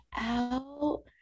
out